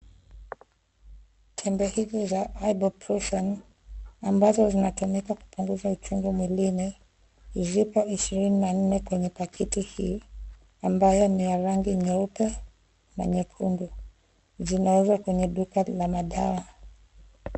Temebe hizi za IBUPROFEN ambazo zinatumika kupunguza uchungu mwilini zipo ishirini na nne kwenye paketi hii ambayo ni ya rangi nyeupe na nyekundu. Zinauza kwenye duka la mawadawa.